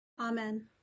Amen